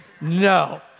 No